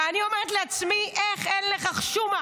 ואני אומרת לעצמי: איך אין לך חשומה?